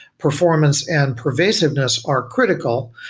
performance and pervasiveness are critical.